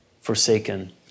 forsaken